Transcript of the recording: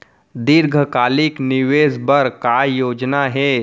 दीर्घकालिक निवेश बर का योजना हे?